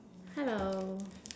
hello